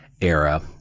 era